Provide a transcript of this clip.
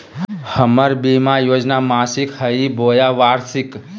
हमर बीमा योजना मासिक हई बोया वार्षिक?